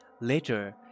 Later